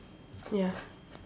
ya